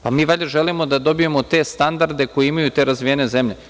Pa, mi valjda želimo da dobijemo te standarde koje imaju te razvijene zemlje.